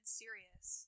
serious